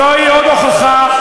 זוהי עוד הוכחה,